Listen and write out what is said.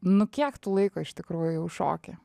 nu kiek tu laiko iš tikrųjų jau šoki